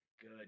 Good